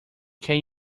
can